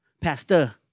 Pastor